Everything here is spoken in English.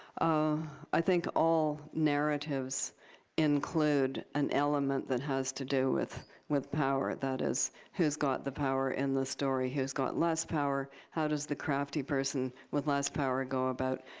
i think all narratives include an element that has to do with with power, that is, who's got the power in the story? who's got less power? how does the crafty person with less power go about